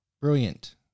brilliant